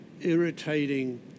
irritating